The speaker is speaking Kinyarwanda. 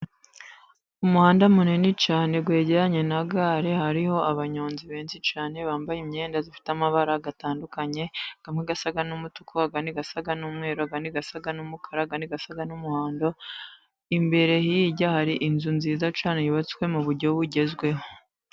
Umuhanda munini cyane wegeranye na gare, hariho abanyonzi benshi cyane bambaye imyenda ifite amabara atandukanye, amwe asa n'umutuku, andi asa n'umweru, andi asa n'umukara, andi asa n'umuhondo. Imbere hirya hari inzu nziza cyane yubatswe mu buryo bugezweho.